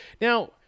Now